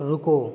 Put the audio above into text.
रुको